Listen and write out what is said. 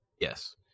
Yes